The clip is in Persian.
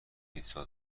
پیتزا